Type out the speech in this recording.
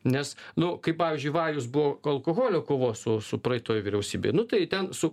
nes nu kaip pavyzdžiui vajus buvo alkoholio kovos su su praeitoj vyriausybėj nu tai ten su